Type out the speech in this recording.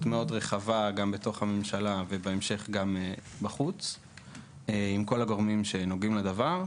רחבה בתוך הממשלה ובהמשך גם בחוץ עם כל הגורמים שנוגעים בדבר,